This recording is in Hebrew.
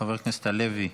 חבר הכנסת הלוי,